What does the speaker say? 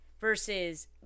versus